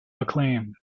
acclaim